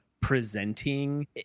presenting